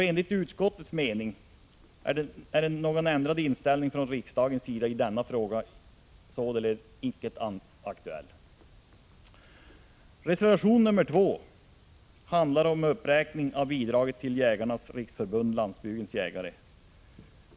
Enligt utskottets mening bör någon ändrad inställning från riksdagens sida i denna fråga således inte bli aktuell.